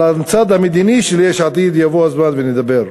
על הצד המדיני של יש עתיד יבוא הזמן ונדבר.